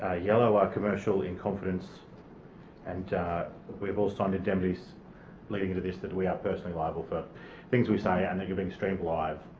ah yellow are commercial-in-confidence and we've all signed indemnities leading into this that we are personally liable for things we say and like are being streamed live.